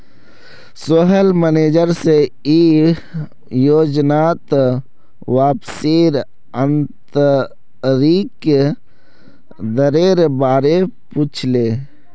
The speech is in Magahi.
सोहेल मनिजर से ई योजनात वापसीर आंतरिक दरेर बारे पुछले